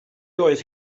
oedd